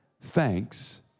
thanks